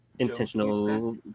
Intentional